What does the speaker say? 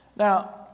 Now